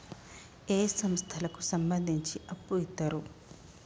ఏ సంస్థలకు సంబంధించి అప్పు ఇత్తరు?